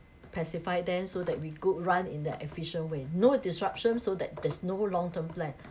pacify them so that we could run in their efficient way no disruption so that there's no long term plan